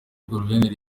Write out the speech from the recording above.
guverineri